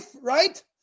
right